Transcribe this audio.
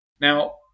Now